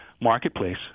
marketplace